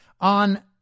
On